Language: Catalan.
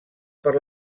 per